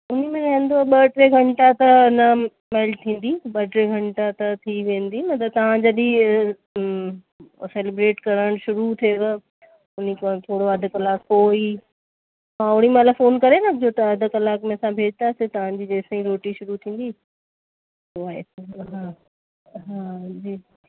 उन में रहंदव ॿ टे घंटा त न मेल्ट थींदी ॿ टे घंटा त थी वेंदी मतिलब तां जॾहिं हूं सेलीब्रेट करणु शुरू थिएव उन खां थोरो अधि कलाक पोइ ई ओॾी महिल फ़ोन करे रखिजो त अधि कलाक में असां भेजदासीं तव्हांजी जेसिताईं रोटी शुरू थींदी पोइ आइस्क्रीम हा हा जी